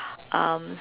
um